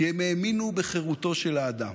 כי הם האמינו בחירותו של האדם.